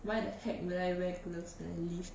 why the heck would I wear gloves when I lift